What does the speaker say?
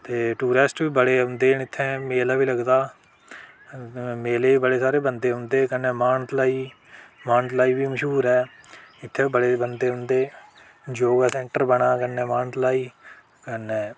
ते टुरिस्ट बी बड़े औंदे इत्थै मेला बी लगदा मेले बी बड़े सारे बंदे औंदे ते एह्दे कन्नै मानतलाई मानतलाई बी मश्हूर ऐ इत्थै बी बड़े बंदे औंदे योग सेंटर बने दा कन्नै मानतलाई कन्नै